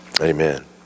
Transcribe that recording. Amen